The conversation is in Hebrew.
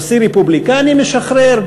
נשיא רפובליקני משחרר,